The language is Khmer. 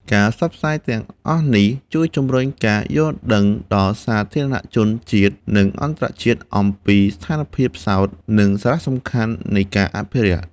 ការផ្សព្វផ្សាយទាំងអស់នេះ ជួយជំរុញការយល់ដឹងដល់សាធារណជនជាតិ និងអន្តរជាតិអំពីស្ថានភាពផ្សោត និងសារៈសំខាន់នៃការអភិរក្ស។